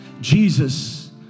Jesus